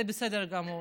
זה בסדר גמור.